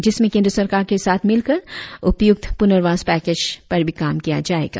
जिसमें केंद्र सरकार के साथ मिलकर उपायुक्त पुनर्वास पैकज पर भी काम किया जायेगा